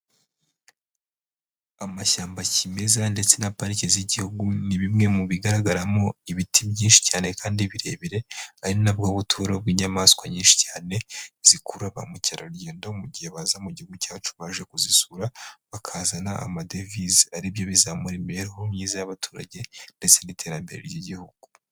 Amashyamba kimeza ndetse na pariki z'igihugu, ni bimwe mu bigaragaramo ibiti byinshi cyane kandi birebire, ari nabwo buturo bw'inyamaswa nyinshi cyane zikurura ba mukerarugendo, mu gihe baja mu gihugu cyacu baje kuzisura bakazana amadevize, aribyo bizamura imibereho myiza y'abaturage ndetse n'iterambere ry'igihugu.